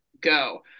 go